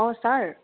অঁ ছাৰ